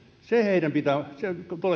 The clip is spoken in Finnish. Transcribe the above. se on